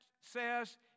says